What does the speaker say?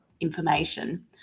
information